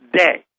day